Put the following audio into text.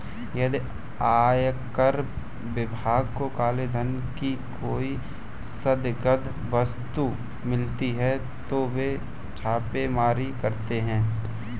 यदि आयकर विभाग को काले धन की कोई संदिग्ध वस्तु मिलती है तो वे छापेमारी करते हैं